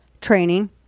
Training